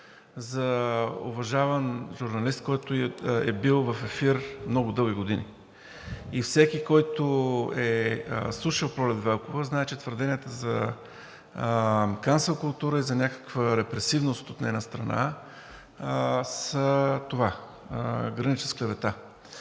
за уважаван журналист, който е бил в ефир много дълги години, и всеки, който е слушал Пролет Велкова, знае, че твърденията за cancel култура и за някаква репресивност от нейна страна граничат с клевета.